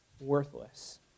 worthless